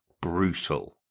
brutal